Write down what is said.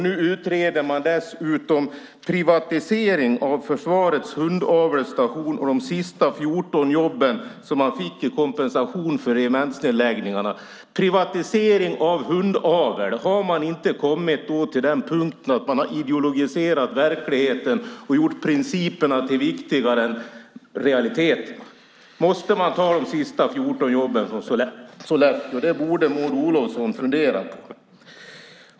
Nu utreder man dessutom privatisering av försvarets hundavelsstation och de sista 14 jobben som gavs i kompensation för regementsnedläggningarna. Privatisering av hundavel! Har man inte kommit till den punkt att man har ideologiserat verkligheten och gjort principerna viktigare än realiteterna? Måste man ta de sista 14 jobben från Sollefteå? Det borde Maud Olofsson fundera på.